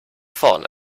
vorne